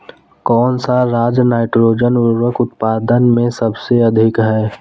कौन सा राज नाइट्रोजन उर्वरक उत्पादन में सबसे अधिक है?